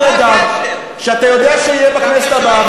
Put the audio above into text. כי יושב פה בן-אדם שאתה יודע שיהיה בכנסת הבאה,